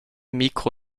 mikro